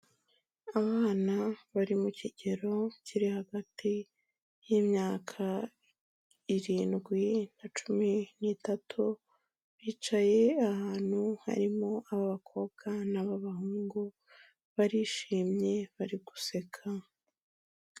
Abana bari mu kigero kiri hagati y'imyaka irindwi na cumi n'itatu, bicaye ahantu harimo abakobwa n'abahungu, barishimye bari guseka.